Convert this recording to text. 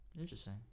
Interesting